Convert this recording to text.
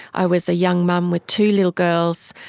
i was a young mum with two little girls,